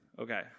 Okay